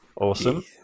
Awesome